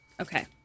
Okay